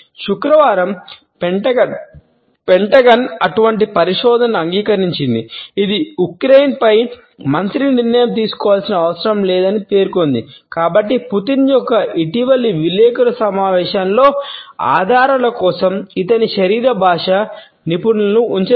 శుక్రవారం పెంటగాన్ అటువంటి పరిశోధనను అంగీకరించింది ఇది ఉక్రెయిన్పై మంత్రి నిర్ణయం తీసుకోవాల్సిన అవసరం లేదని పేర్కొంది కాబట్టి పుతిన్ యొక్క ఇటీవలి విలేకరుల సమావేశంలో ఆధారాల కోసం ఇతర శరీర భాష నిపుణులను ఉంచలేదు